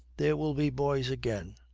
there will be boys again.